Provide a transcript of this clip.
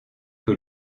que